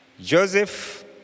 Joseph